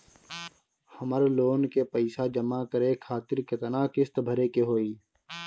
हमर लोन के पइसा जमा करे खातिर केतना किस्त भरे के होई?